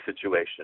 situation